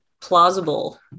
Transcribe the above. plausible